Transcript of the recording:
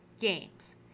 games